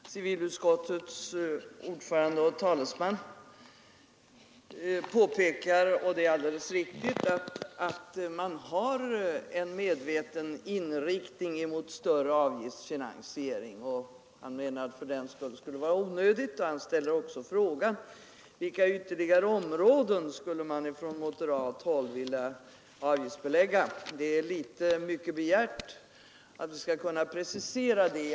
Herr talman! Civilutskottets ordförande och talesman påpekar, och det är alldeles riktigt, att man har en medveten inriktning mot större avgiftsfinansiering. Han ställde sedan frågan: Vilka ytterligare områden skulle man från moderat håll vilja avgiftsbelägga? Det är litet mycket begärt att vi skall kunna precisera det.